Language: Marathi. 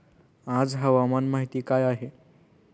आज हवामान माहिती काय आहे?